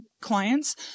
clients